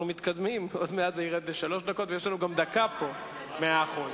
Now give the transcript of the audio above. כשקואליציה עולה 6 מיליארדי שקל ומתכננים קיצוץ של 10 מיליארדי שקל,